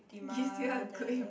give